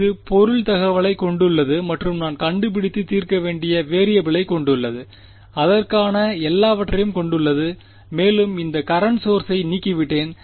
இது பொருள் தகவலைக் கொண்டுள்ளது மற்றும் நான் கண்டுபிடித்து தீர்க்க வேண்டிய வெறியபிளை கொண்டுள்ளது அதற்கான எல்லாவற்றையும் கொண்டுள்ளது மேலும் இந்த கரண்ட் சோர்ஸை நீக்கிவிட்டேன்